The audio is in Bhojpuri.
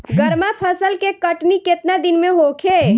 गर्मा फसल के कटनी केतना दिन में होखे?